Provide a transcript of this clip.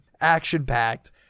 action-packed